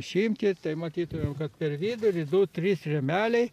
išimti tai matytumėm kad per vidurį du trys rėmeliai